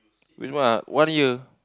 Ridhwan what don't you